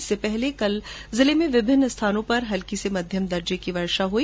इससे पहले कल जिले में विभिन्न स्थानों पर हल्की से मध्यम दर्जे की बारिश हुई